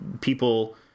people